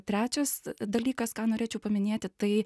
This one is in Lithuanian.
trečias dalykas ką norėčiau paminėti tai